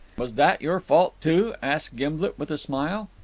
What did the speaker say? was that your fault too? asked gimblet with a smile.